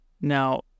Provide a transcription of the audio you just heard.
Now